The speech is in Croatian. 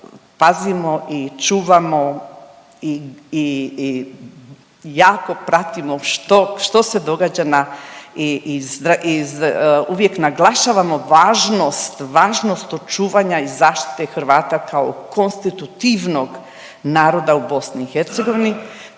pazimo i čuvamo i jako pratimo što se događa na i uvijek naglašavamo važnost, važnost očuvanja i zaštite Hrvata kao konstitutivnog naroda u BiH